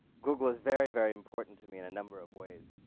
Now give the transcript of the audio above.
google is very, very important to me in a number of ways.